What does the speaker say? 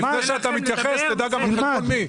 לפני שאתה מתכחש, תדע גם על חשבון מי.